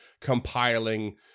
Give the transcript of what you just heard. compiling